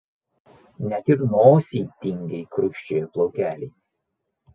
net ir nosyj tingiai krusčioja plaukeliai